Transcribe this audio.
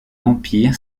empire